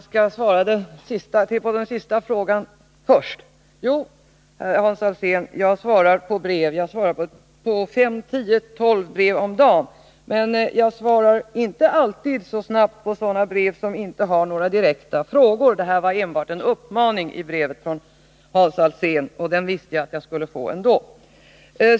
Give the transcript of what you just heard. Herr talman! Jag skall svara på den sista frågan först. Jo, Hans Alsén, jag svarar på brev. Jag svarar på fem, ibland upp till tio tolv brev om dagen. Men jag svarar inte alltid så snabbt på brev som inte innehåller några direkta frågor. I brevet från Hans Alsén gjordes enbart en uppmaning, och den visste jag att jag skulle få ändå.